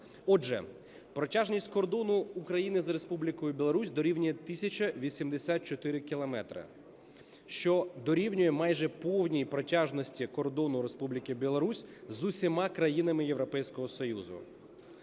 Отже, протяжність кордону України з Республікою Білорусь дорівнює 1 тисячі 84 кілометрам, що дорівнює майже повній протяжності кордону Республіки Білорусь з усіма країнами Європейського Союзу.